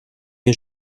que